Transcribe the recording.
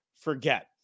forget